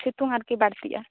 ᱥᱤᱛᱩᱝ ᱟᱨᱠᱤ ᱵᱟᱹᱲᱛᱤᱜᱼᱟ